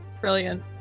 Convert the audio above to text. brilliant